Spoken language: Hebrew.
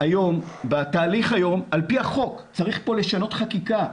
פה לשנות חקיקה,